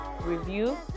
review